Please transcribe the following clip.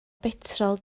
betrol